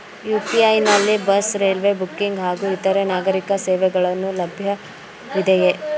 UPI ನಲ್ಲಿ bus, railway booking ಹಾಗೂ ಇತರೆ ನಾಗರೀಕ ಸೇವೆಗಳು ಲಭ್ಯವಿದೆಯೇ?